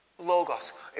Logos